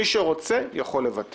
ומי שרוצה יכול לוותר